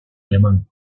alemán